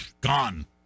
gone